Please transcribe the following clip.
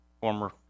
former